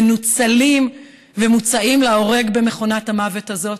מנוצלים ומוצאים להורג במכונת המוות הזאת.